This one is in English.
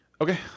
Okay